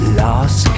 lost